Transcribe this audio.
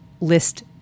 list